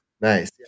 Nice